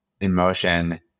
emotion